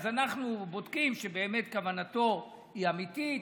אנחנו בודקים שכוונתו היא אמיתית,